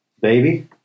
baby